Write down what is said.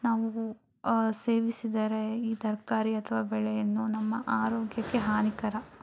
ನಾವು ಸೇವಿಸಿದರೆ ಈ ತರಕಾರಿ ಅಥವಾ ಬೆಳೆಯನ್ನು ನಮ್ಮ ಆರೋಗ್ಯಕ್ಕೆ ಹಾನಿಕರ